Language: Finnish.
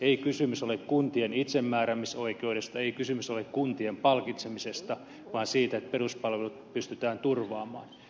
ei kysymys ole kuntien itsemääräämisoikeudesta ei kysymys ole kuntien palkitsemisesta vaan siitä että peruspalvelut pystytään turvaamaan